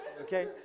okay